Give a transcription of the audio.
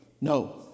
No